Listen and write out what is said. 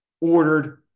ordered